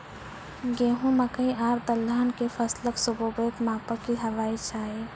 गेहूँ, मकई आर दलहन के फसलक सुखाबैक मापक की हेवाक चाही?